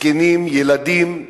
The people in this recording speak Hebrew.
זקנים וילדים ונשים,